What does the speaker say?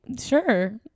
sure